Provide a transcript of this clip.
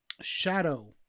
Shadow